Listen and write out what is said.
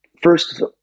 first